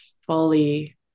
fully